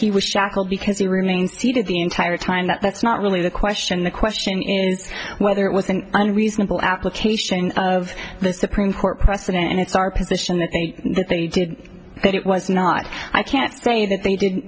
he was shackled because he remains the entire time that's not really the question the question is whether it was an unreasonable application of the supreme court precedent and it's our position that they did that it was not i can't say that they did